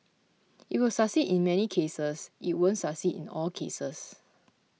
it will succeed in many cases it won't succeed in all cases